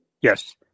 Yes